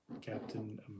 Captain